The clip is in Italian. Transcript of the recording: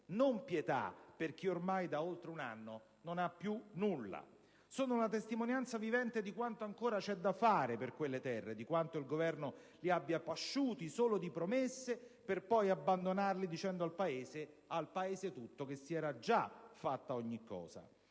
non pietà, per chi ormai da oltre un anno non ha più nulla. Sono la testimonianza vivente di quanto ancora c'è da fare per quelle terre, di quanto il Governo abbia pasciuto quei cittadini solo di promesse per poi abbandonarli dicendo al Paese che si era già fatto tutto.